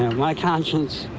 my conscious